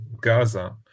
Gaza